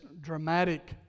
dramatic